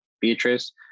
Beatrice